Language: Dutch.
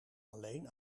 alleen